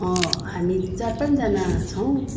हामी चार पाँचजना छौँ